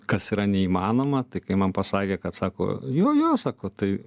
kas yra neįmanoma tai kai man pasakė kad sako jo jo sako tai